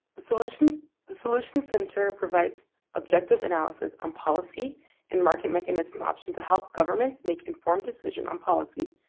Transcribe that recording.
the solutions the solutions center provides objective analysis on policy and market mechanism option to help governments make informed decision on policy,